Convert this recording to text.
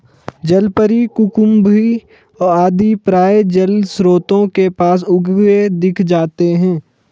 जलपरी, कुकुम्भी आदि प्रायः जलस्रोतों के पास उगे दिख जाते हैं